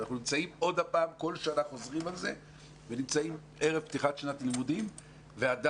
אנחנו כל שנה חוזר על זה ונמצאים ערב פתיחת שנת לימודים ועדיין